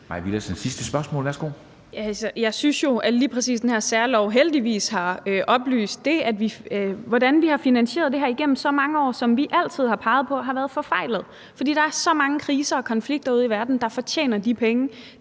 Mai Villadsen (EL): Altså, jeg synes jo, at lige præcis den her særlov heldigvis har belyst, hvordan vi har finansieret det her igennem så mange år. Som vi altid har peget på, har finansieringen været forfejlet, fordi der er så mange kriser og konflikter ude i verden, hvis ofre fortjener de penge.